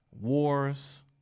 wars